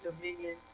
dominion